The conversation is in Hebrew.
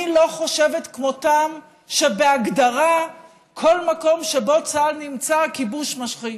אני לא חושבת כמותם שבהגדרה כל מקום שבו צה"ל נמצא הכיבוש משחית.